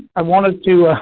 i wanted to